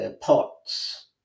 pots